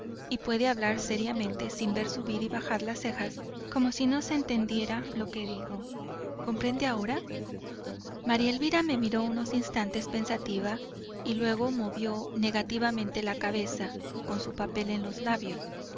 y puede hablar seriamente sin ver subir y bajar las cejas como si no se entendiera lo que digo comprende ahora maría elvira me miró unos instantes pensativa y luego movió negativamente la cabeza con su papel en los labios